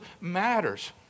matters